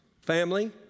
Family